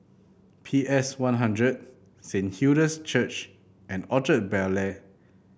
P S One Hundred Saint Hilda's Church and Orchard Bel Air